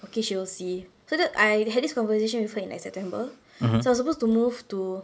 okay she will see so I had this conversation with her in like september so I was supposed to move to